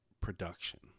production